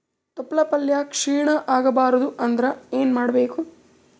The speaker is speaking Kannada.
ತೊಪ್ಲಪಲ್ಯ ಕ್ಷೀಣ ಆಗಬಾರದು ಅಂದ್ರ ಏನ ಮಾಡಬೇಕು?